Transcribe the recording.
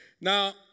Now